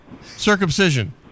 circumcision